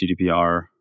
GDPR